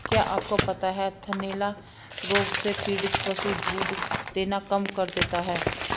क्या आपको पता है थनैला रोग से पीड़ित पशु दूध देना कम कर देता है?